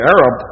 Arab